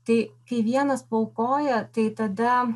tai kai vienas paaukoja tai tada